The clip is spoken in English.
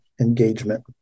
engagement